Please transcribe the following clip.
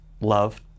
love